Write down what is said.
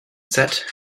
said